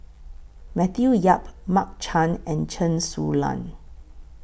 Matthew Yap Mark Chan and Chen Su Lan